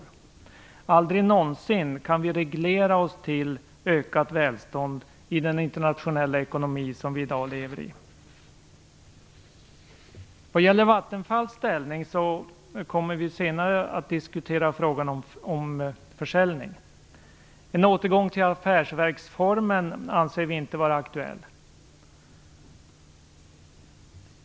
Vi kan aldrig någonsin reglera oss till ökat välstånd i den internationella ekonomi som vi i dag lever i. Vad gäller Vattenfalls ställning vill jag säga att vi senare kommer att diskutera frågan om försäljning. En återgång till affärsverksformen anser vi inte vara aktuell.